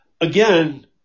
again